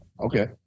okay